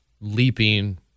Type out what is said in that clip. leaping